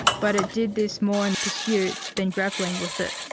but it did this more in the pursuit than grappling with it.